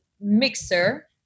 mixer